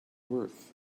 worth